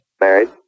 Married